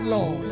Lord